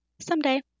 Someday